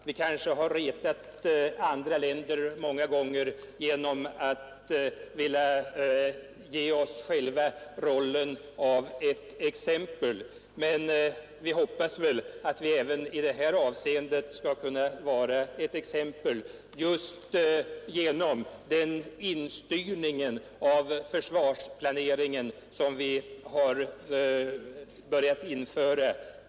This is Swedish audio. Vi kanske har retat andra länder genom att vilja ge oss själva rollen av ett föredöme, men jag hoppas att vi i detta avseende skall kunna vara det just genom den styrning av försvarsplaneringen som vi har börjat införa.